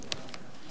תודה רבה.